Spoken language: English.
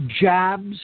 jabs